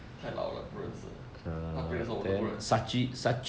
太老了不认识他 player 的时候我都不认识